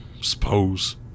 suppose